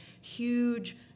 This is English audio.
huge